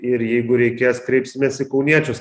ir jeigu reikės kreipsimės į kauniečius